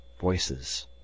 voices